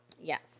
Yes